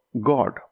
God